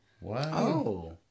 Wow